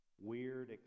weird